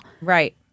Right